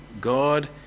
God